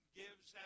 gives